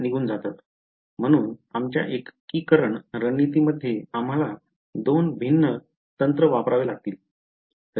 निघून जातात म्हणून आमच्या एकीकरण रणनीतीमध्ये आम्हाला 2 भिन्न तंत्र वापरावे लागतील